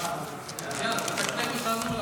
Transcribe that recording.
להביא בפני הכנסת,